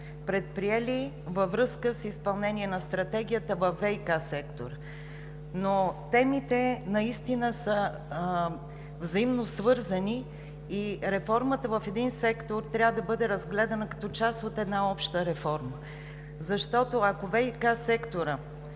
предприели във връзка с изпълнение на Стратегията във ВиК сектора, но темите са взаимосвързани и реформата в един сектор трябва да бъде разгледана като част от една обща реформа, защото, ако ВиК секторът